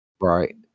Right